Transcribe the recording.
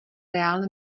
reálné